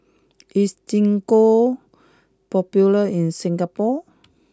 is gingko popular in Singapore